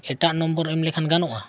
ᱮᱴᱟᱜ ᱮᱢ ᱞᱮᱠᱷᱟᱱ ᱜᱟᱱᱚᱜᱼᱟ